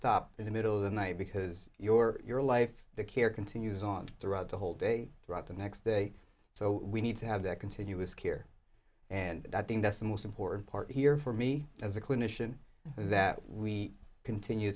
stop in the middle of the night because your your life the care continues on throughout the whole day throughout the next day so we need to have that continuous care and i think that's the most important part here for me as a clinician that we continue